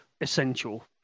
essential